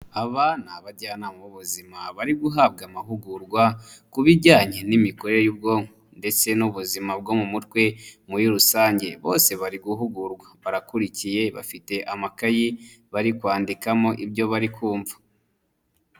Aba ni abajyanama b'ubuzima bari guhabwa amahugurwa, ku bijyanye n'imikorere y'ubwonko ndetse n'ubuzima bwo mu mutwe muri rusange, bose bari guhugurwa, barakurikiye, bafite amakayi bari kwandikamo ibyo bari kumva.